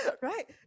right